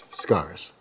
scars